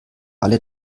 alle